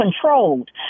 controlled